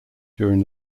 during